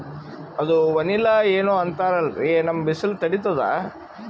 ಅದು ವನಿಲಾ ಏನೋ ಅಂತಾರಲ್ರೀ, ನಮ್ ಬಿಸಿಲ ತಡೀತದಾ?